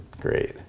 great